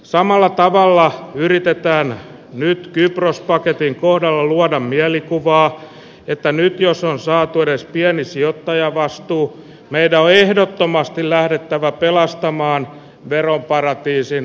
samalla tavalla yritetään nyt kypros paketin muodolla luoda mielikuvaa että nyt jos on saatu edes pieni sijoittajavastuu medea ehdottomasti lähdettävä pelastamaan veroparatiisien